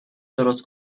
درست